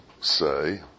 say